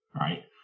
right